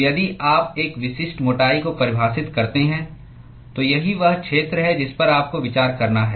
तो यदि आप एक विशिष्ट मोटाई को परिभाषित करते हैं तो यही वह क्षेत्र है जिस पर आपको विचार करना है